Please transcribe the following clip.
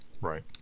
Right